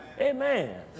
Amen